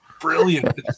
Brilliant